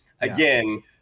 again